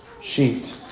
sheet